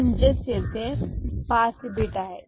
म्हणजे येथे पाच बीट आहेत